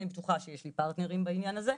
אני בטוחה שיש לי פרטנרים בעניין הזה.